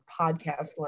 podcast